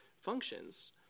functions